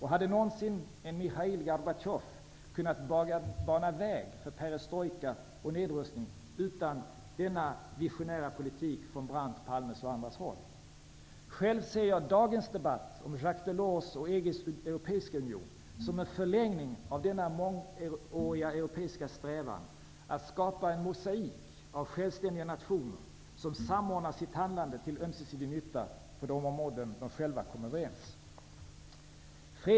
Hade någonsin en Mikhail Gorbatjov kunnat bana väg för perestrojka och nedrustning utan denna visionära politik från Brandts, Palmes och andras håll? Jag ser dagens debatt om Jacques Delors och EG:s europeiska union som en förlängning av denna mångåriga europeiska strävan, att skapa en mosaik av självständiga nationer, som samordnar sitt handlande till ömsesidig nytta på de områden som de själva kommer överens om.